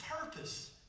purpose